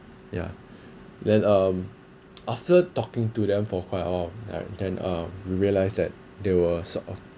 yeah then um after talking to them for quite a while alright then uh we realised that they were sort of